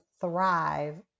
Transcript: thrive